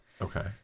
Okay